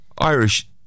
Irish